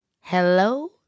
Hello